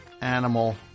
animal